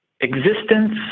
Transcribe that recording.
existence